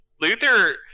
Luther